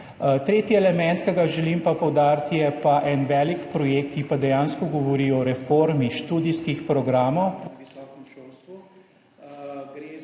Tretji element, ki ga želim poudariti, je pa en velik projekt, ki dejansko govori o reformi študijskih programov